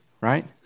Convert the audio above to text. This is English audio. right